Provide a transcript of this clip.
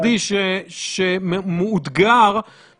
אחד החשובים במדינה,